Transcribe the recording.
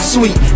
Sweet